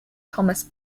thomas